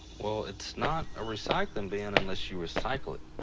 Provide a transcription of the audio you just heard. well, it's not a recycling bin unless you recycle it.